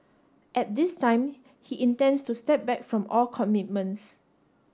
at this time he intends to step back from all commitments